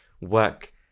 work